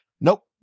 Nope